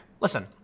Listen